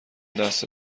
دست